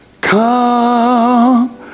Come